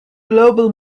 global